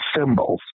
symbols